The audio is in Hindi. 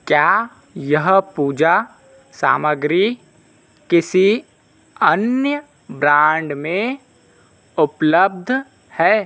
क्या यह पूजा सामग्री किसी अन्य ब्रांड में उपलब्ध है